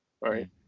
right